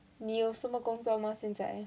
你有什么工作吗现在